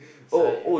so